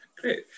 Great